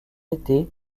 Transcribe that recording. été